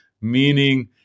Meaning